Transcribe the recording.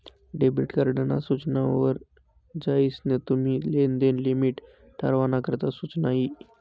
debit card ना सूचना वर जायीसन तुम्ही लेनदेन नी लिमिट ठरावाना करता सुचना यी